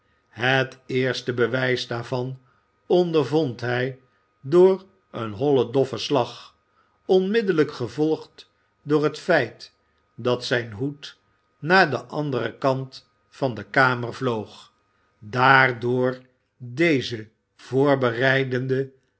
het eerste bewijs daarvan ondervond hij door een hollen doffen slag onmidde lijk gevolgd door het feit dat zijn hoed naar den anderen kant van de kamer vloog daar door deze voorbereidende